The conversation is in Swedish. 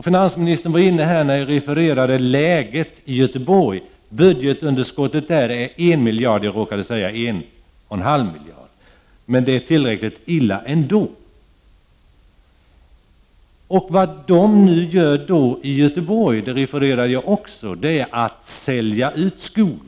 Finansministern tog upp vad jag refererade om läget i Göteborg. Budgetunderskottet var 1 miljard kronor. Jag råkade säga 1,5 miljarder kronor. Men det är tillräckligt illa ändå. Jag refererade till vad som nu görs i Göteborg, dvs. att man nu säljer ut skog.